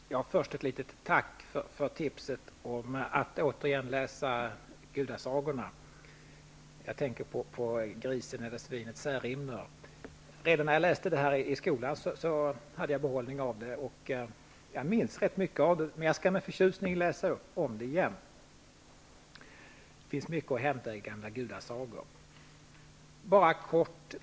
Herr talman! Först ett litet tack för tipset om att åter läsa gudasagorna. Jag tänker på galten Särimner. När jag läste dem i skolan hade jag stor behållning av dem. Jag minns rätt mycket, men jag skall med förtjusning läsa om. Det finns mycket att hämta i gamla gudasagor.